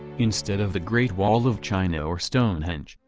instead of the great wall of china or stonehenge,